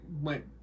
went